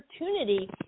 opportunity